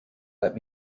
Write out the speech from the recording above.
let